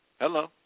Hello